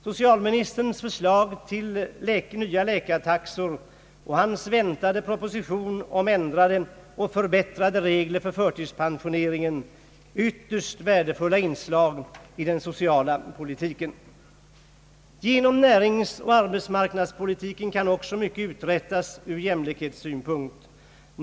Socialministerns förslag till nya läkartaxor och hans väntade proposition om ändrade och förbättrade regler för förtidspensioneringen är ytterst värdefulla inslag i den sociala politiken. Genom näringsoch arbetsmarknadspolitiken kan också mycket uträttas ur jämlikhetssynpunkt.